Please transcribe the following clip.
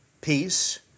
peace